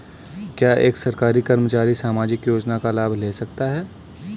क्या एक सरकारी कर्मचारी सामाजिक योजना का लाभ ले सकता है?